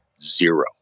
zero